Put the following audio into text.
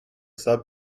sub